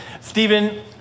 Stephen